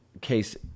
case